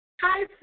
Hi